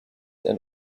and